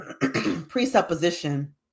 presupposition